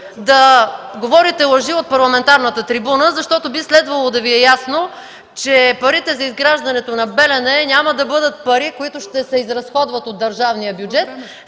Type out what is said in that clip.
да говорите лъжи от парламентарната трибуна, защото би следвало да Ви е ясно, че парите за изграждането на „Белене” няма да бъдат пари, които ще се изразходват от държавния бюджет.